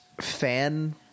fan